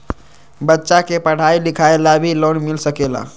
बच्चा के पढ़ाई लिखाई ला भी लोन मिल सकेला?